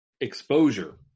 exposure